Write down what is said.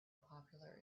popular